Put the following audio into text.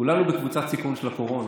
כן, כולנו בקבוצת סיכון של הקורונה.